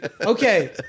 Okay